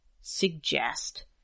suggest